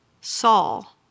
Saul